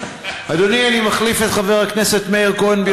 אדוני, אני מחליף את חבר הכנסת מאיר כהן.